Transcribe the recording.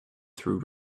through